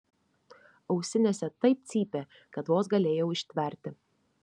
ausinėse taip cypė kad vos galėjau ištverti